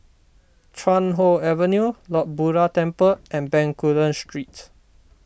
Chuan Hoe Avenue Lord Buddha Temple and Bencoolen Street